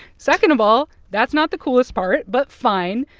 second of all, that's not the coolest part. but fine,